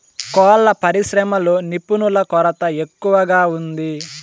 కోళ్ళ పరిశ్రమలో నిపుణుల కొరత ఎక్కువగా ఉంది